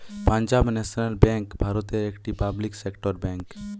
Punjab National Bank ভারতের একটি public sector bank